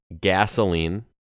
gasoline